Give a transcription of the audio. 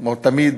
כמו תמיד,